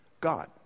God